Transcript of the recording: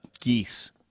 geese